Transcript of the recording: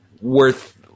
worth